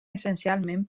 essencialment